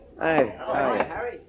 Hi